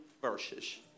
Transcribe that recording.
verses